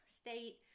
state